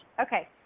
Okay